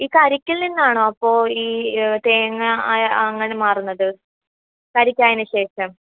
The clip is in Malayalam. ഈ കരിക്കിൽ നിന്നാണോ അപ്പോൾ ഈ തേങ്ങ അങ്ങനെ മാറുന്നത് കരിക്ക് ആയതിന് ശേഷം